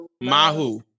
Mahu